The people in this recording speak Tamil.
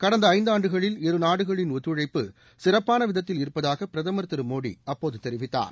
கடந்த ஐந்தாண்டுகளில் இருநாடுகளின் ஒத்துழைப்பு சிறப்பான விதத்தில் இருப்பதாக பிரதமா் திரு மோடி அப்போது தெரிவித்தார்